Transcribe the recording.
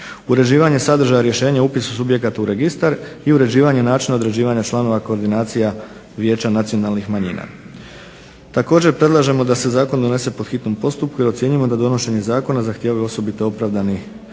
uređivanje sadržaja rješenja o upisivanju subjekata u registar i uređivanja načina određivanja članova koordinacija vijeća nacionalnih manjina. Također predlažemo da se zakon donese po hitnom postupku jer ocjenjujemo da donošenje Zakona zahtijevaju osobito opravdani